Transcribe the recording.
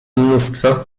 mnóstwo